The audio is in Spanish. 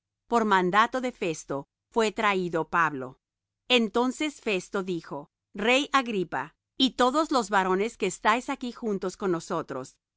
por mandato de festo fué traído pablo entonces festo dijo rey agripa y todos los varones que estáis aquí juntos con nosotros